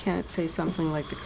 can't say something like th